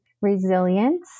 resilience